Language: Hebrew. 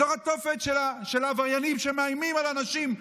בתוך התופת של עבריינים שמאיימים על אנשים,